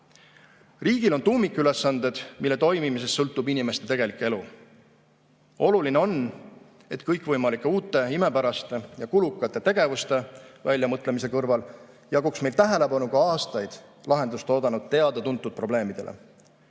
riigil on tuumikülesanded, mille toimimisest sõltub inimeste tegelik elu. Oluline on, et kõikvõimalike uute, imepäraste ja kulukate tegevuste väljamõtlemise kõrval jaguks meil tähelepanu ka aastaid lahendust oodanud teada-tuntud probleemidele.